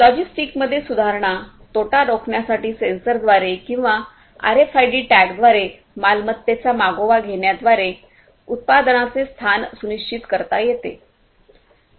लॉजिस्टिकमध्ये सुधारणा तोटा रोखण्यासाठी सेन्सरद्वारे किंवा आरएफआयडी टॅगद्वारे मालमत्तेचा मागोवा घेण्याद्वारे उत्पादनाचे स्थान सुनिश्चित करता येते